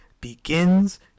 begins